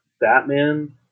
Batman